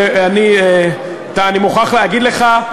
ואני מוכרח לומר לך,